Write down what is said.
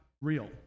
real